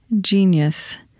genius